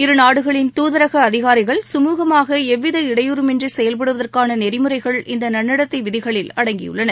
இருநாடுகளின் தூதரக அதிகாரிகள் சுமூகமாக எவ்வித இடையூறுமின்றி செயல்படுவதற்கான நெறிமுறைகள் இந்த நன்னடத்தை விதிகளில் அடங்கியுள்ளன